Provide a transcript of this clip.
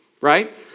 right